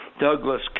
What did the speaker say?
Douglas